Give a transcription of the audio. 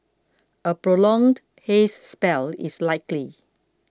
a prolonged haze spell is likely